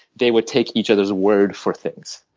they would take each other's word for things.